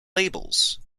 labels